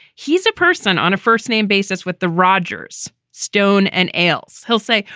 he's a person on a first name basis with the rogers stone and ailes. he'll say,